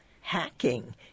hacking